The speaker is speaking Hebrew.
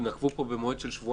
נקבו פה במועד של שבועיים.